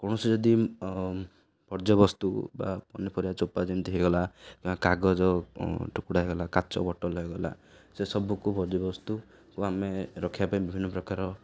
କୌଣସି ଯଦି ବର୍ଜ୍ୟବସ୍ତୁ ବା ପନିପରିବା ଚୋପା ଯେମିତି ହେଇଗଲା କିମ୍ବା କାଗଜ ଟୁକୁଡ଼ା ହେଇଗଲା କାଚ ବୋଟଲ ହେଇଗଲା ସେସବୁକୁ ବର୍ଜ୍ୟବସ୍ତୁକୁ ଆମେ ରଖିବା ପାଇଁ ବିଭିନ୍ନ ପ୍ରକାର